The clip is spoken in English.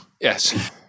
Yes